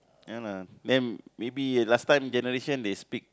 ya lah then maybe last time generation they speak